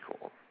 cool